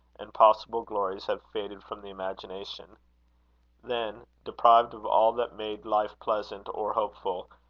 and possible glories have faded from the imagination then, deprived of all that made life pleasant or hopeful,